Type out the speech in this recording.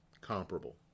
comparable